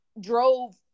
drove